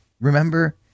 Remember